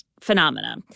phenomena